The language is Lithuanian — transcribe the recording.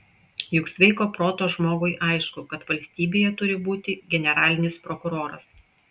juk sveiko proto žmogui aišku kad valstybėje turi būti generalinis prokuroras